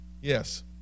yes